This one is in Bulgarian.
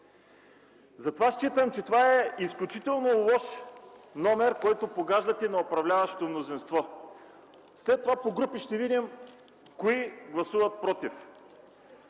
Смятам, че това е изключително лош номер, който погаждате на управляващото мнозинство. След това по групи ще видим кои гласуват „против”.